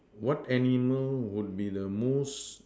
what animal would be the most